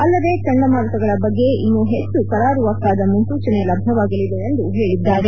ಅಲ್ಲದೇ ಚಂಡಮಾರುತಗಳ ಬಗ್ಗೆ ಇನ್ನೂ ಹೆಚ್ಚು ಕರಾರುವಕ್ಕಾದ ಮುನ್ನೂಚನೆ ಲಭ್ದವಾಗಲಿದೆ ಎಂದು ಹೇಳಿದ್ದಾರೆ